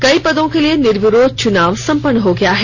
कई पदों के लिए निर्विरोध चुनाव संपन्न हो गया है